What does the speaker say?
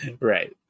Right